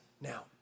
Now